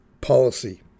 policy